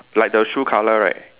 like the shoe colour right